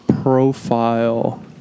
profile